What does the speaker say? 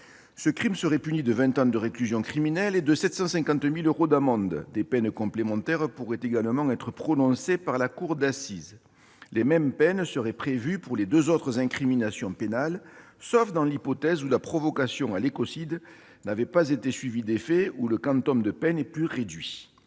Ce crime serait puni de vingt ans de réclusion criminelle et de 7,5 millions d'euros d'amende. Des peines complémentaires pourraient également être prononcées par la cour d'assises. Les mêmes peines seraient prévues pour les deux autres incriminations pénales, sauf dans l'hypothèse où la provocation à l'écocide n'aurait pas été suivie d'effet, le quantum de la peine se trouvant alors réduit.